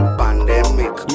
pandemic